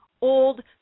old